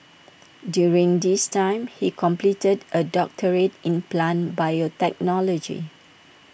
during this time he completed A doctorate in plant biotechnology